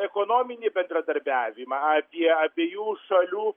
ekonominį bendradarbiavimą apie abiejų šalių